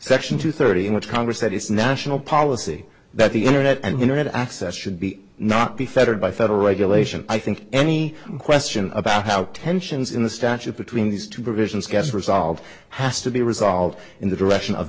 section two thirty in which congress said it's national policy that the internet and internet access should be not be fettered by federal regulation i think any question about how tensions in the statute between these two provisions gets resolved has to be resolved in the direction of